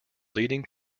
leading